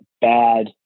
bad